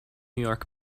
york